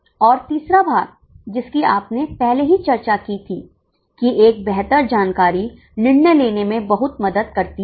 और तीसरा भाग जिसकी आपने पहले ही चर्चा की थी कि एक बेहतर जानकारी निर्णय लेने में बहुत मदद करती है